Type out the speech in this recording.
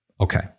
okay